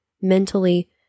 mentally